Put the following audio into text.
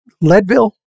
Leadville